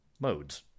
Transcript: modes